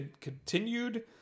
continued